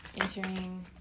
entering